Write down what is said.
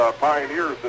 pioneers